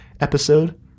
episode